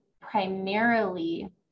primarily